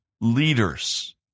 leaders